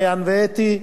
מעיין ואתי,